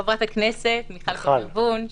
אני חברת הכנסת מיכל קוטלר-וונש.